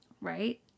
Right